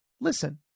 Listen